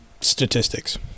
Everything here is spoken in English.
statistics